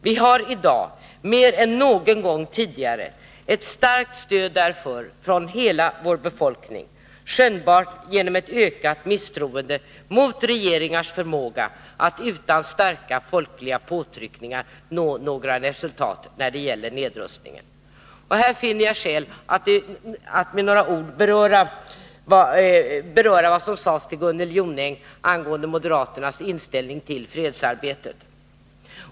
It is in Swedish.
Vi har i dag mer än någon gång tidigare ett starkt stöd därför från hela vår befolkning, skönjbart genom ett ökat misstroende mot regeringars förmåga att utan starka folkliga påtryckningar nå några resultat när det gäller nedrustningen. Och här finner jag skäl att med några ord beröra vad som sades till Gunnel Jonäng angående moderaternas inställning till fredsarbetet.